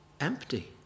empty